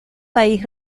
país